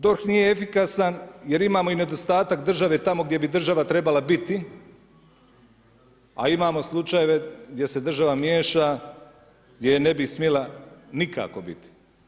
DORH nije efikasan jer imamo i nedostatak države tamo gdje bi država trebala biti, a imamo slučajeve gdje se država miješa, gdje ne bi smjela nikako biti.